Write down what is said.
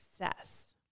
success